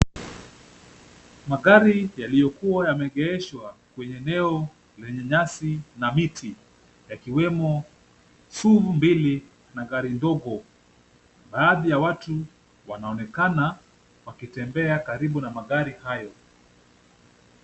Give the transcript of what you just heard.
Magari yaliyokuwa yameegeshwa kwenye eneo lenye nyasi na miti, yakiwemo SUV mbili na gari ndogo, baadhi ya watu wanaonekana wakitembea karibu na magari hayo.